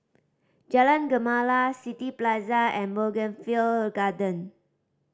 Jalan Gemala City Plaza and Bougainvillea Garden